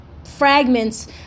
Fragments